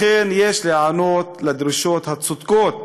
לכן יש להיענות לדרישות הצודקות